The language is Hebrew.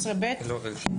הבנתי.